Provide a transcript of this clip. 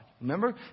Remember